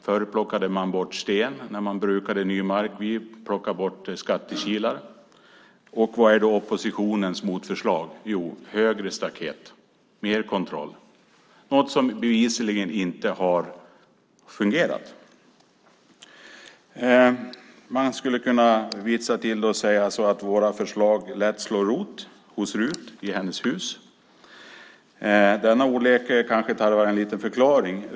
Förr plockade man bort sten när man brukade ny mark. Vi plockar bort skattekilar. Vad är då oppositionens motförslag? Jo, högre staket och mer kontroll - något som bevisligen inte har fungerat. Man skulle kunna vitsa till det och säga att våra förslag lätt slår rot hos Rut i hennes hus. Denna ordlek kanske tarvar en liten förklaring.